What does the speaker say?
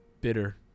bitter